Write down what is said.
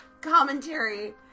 commentary